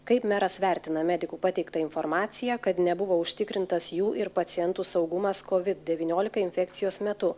kaip meras vertina medikų pateiktą informaciją kad nebuvo užtikrintas jų ir pacientų saugumas covid devyniolika infekcijos metu